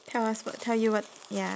tell us what tell you what ya